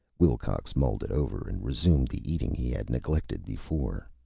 wilcox mulled it over, and resumed the eating he had neglected before.